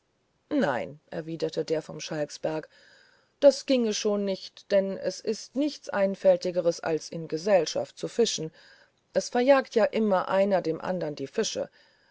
nein erwiderte der vom schalksberg das ginge schon nicht denn es ist nichts einfältigeres als in gesellschaft zu fischen es verjagt immer einer dem andern die fische